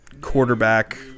quarterback